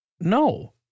No